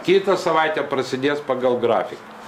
kitą savaitę prasidės pagal grafiką